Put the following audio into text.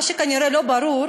מה שכנראה לא ברור